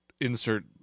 insert